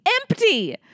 Empty